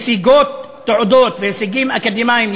משיגות תעודות והישגים אקדמיים,